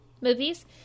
movies